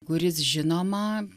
kuris žinoma